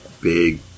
big